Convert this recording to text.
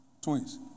Twins